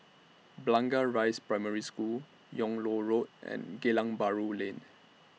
Blangah Rise Primary School Yung Loh Road and Geylang Bahru Lane